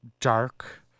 dark